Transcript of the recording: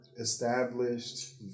established